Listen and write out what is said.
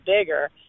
bigger